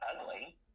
ugly